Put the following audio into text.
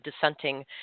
dissenting